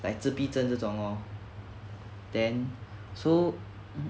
like 自闭症这种 lor then so